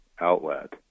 outlet